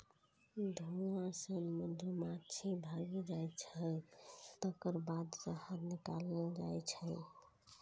धुआं सं मधुमाछी भागि जाइ छै, तकर बाद शहद निकालल जाइ छै